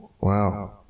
Wow